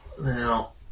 Now